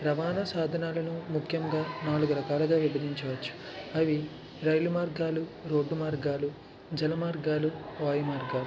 రవాణా సాధనాలను ముఖ్యంగా నాలుగు రకాలుగా విభజించవచ్చు అవి రైలు మార్గాలు రోడ్డు మార్గాలు జలమార్గాలు వాయు మార్గాలు